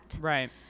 right